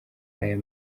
aya